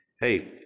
hey